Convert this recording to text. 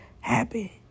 happy